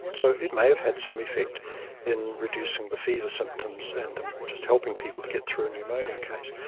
so it may have had some effect in reducing the fever symptoms and just helping people to get through a pneumonia case.